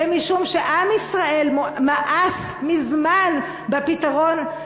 זה משום שעם ישראל מאס מזמן בפתרון,